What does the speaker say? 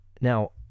Now